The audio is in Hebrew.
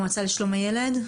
המועצה לשלום הילד?